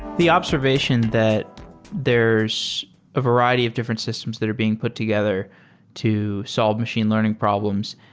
the observation that there's a variety of different systems that are being put together to solve machine learning problems,